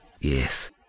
Yes